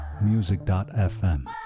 music.fm